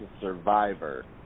Survivor